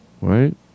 Right